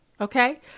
okay